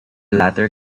latter